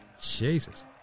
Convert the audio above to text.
Jesus